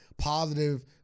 positive